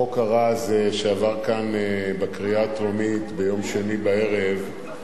החוק הרע הזה שעבר כאן בקריאה הטרומית ביום שני האחרון